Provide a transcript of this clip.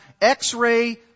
x-ray